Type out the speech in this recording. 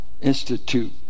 Institute